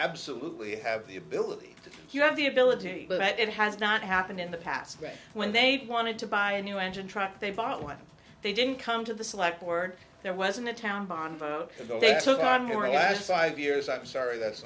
absolutely have the ability you have the ability but it has not happened in the past when they wanted to buy a new engine truck they bought one they didn't come to the select board there wasn't a town bond and they took on your last five years i'm sorry that's